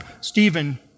Stephen